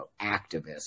activists